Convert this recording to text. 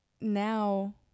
now